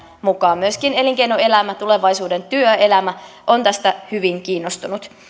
mukaan myöskin elinkeinoelämä tulevaisuuden työelämä on tästä hyvin kiinnostunut